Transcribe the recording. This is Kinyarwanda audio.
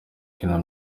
kina